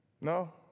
No